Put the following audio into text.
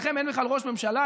אצלכם אין בכלל ראש ממשלה,